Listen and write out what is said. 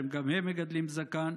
שגם הם מגדלים זקן,